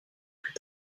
plus